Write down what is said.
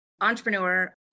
entrepreneur